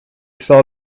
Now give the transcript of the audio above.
saw